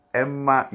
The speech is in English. emma